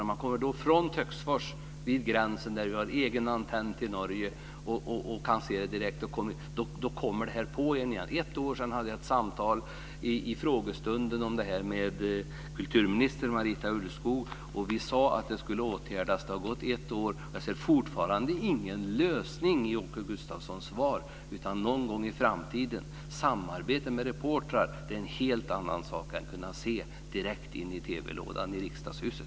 När man kommer från Töcksfors vid gränsen, där vi har egen antenn till Norge och kan se direkt, kommer det här på en igen. För ett år sedan hade jag ett samtal om det här med kulturminister Marita Ulvskog i en frågestund, och vi sade att det skulle åtgärdas. Det har gått ett år, och jag ser fortfarande ingen lösning i Åke Gustavssons svar, annat än det ska bli "någon gång i framtiden". Samarbete med reportrar är en helt annan sak än att kunna se direkt in i TV-lådan i Riksdagshuset.